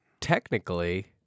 Technically